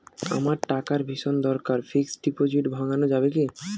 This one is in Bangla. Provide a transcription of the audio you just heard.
আমার টাকার ভীষণ দরকার ফিক্সট ডিপোজিট ভাঙ্গানো যাবে কি?